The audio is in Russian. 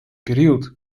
период